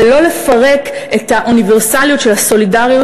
ולא לפרק את האוניברסליות של הסולידריות